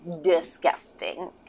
disgusting